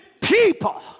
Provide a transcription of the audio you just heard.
people